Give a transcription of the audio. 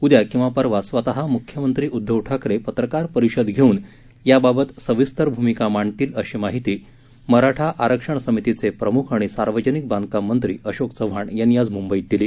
उद्या किंवा परवा स्वतः मुख्यमंत्री उद्दव ठाकरे पत्रकार परिषद घेऊन याबाबत सविस्तर भूमिका मांडतील अशी माहिती मराठा आरक्षण समितीचे प्रमुख आणि सार्वजनिक बांधकाम मंत्री अशोक चव्हाण यांनी आज मुंबईत दिली